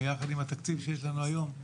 ביחד עם התקציב שיש לנו היום,